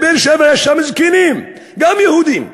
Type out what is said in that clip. בבאר-שבע יש זקנים, גם יהודים,